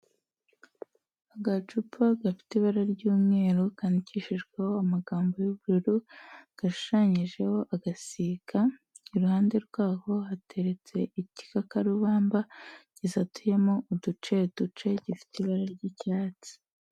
Agacupa gafite ibara ry'umweru kandikishijweho amagambo y'ubururu, gashushanyijeho agasiga. Iruhande rwaho hateretse igikakarubamba gisatuyemo uduce duce gifite ibara ry'icyatsi.